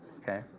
Okay